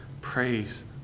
praise